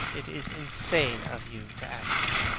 it is insane of you to ask me.